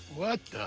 what